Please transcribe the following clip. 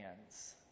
hands